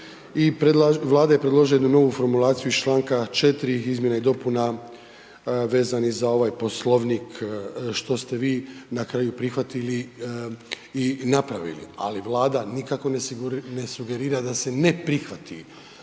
i Vlada je predložila jednu novu formulaciju iz čl. 4.izmjena i dopuna vezanih za ovaj poslovnik što ste vi na kraju vi prihvatili i napravili. Ali Vlada nikako ne sugerira da se ne prihvati